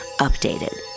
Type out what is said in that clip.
Updated